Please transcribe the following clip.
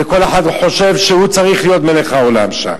וכל אחד חושב שהוא צריך להיות מלך העולם שם.